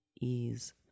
ease